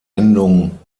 endung